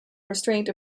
restraint